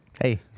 Hey